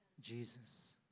Jesus